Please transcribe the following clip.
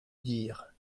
dire